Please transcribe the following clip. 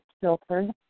filtered